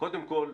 - קודם כול,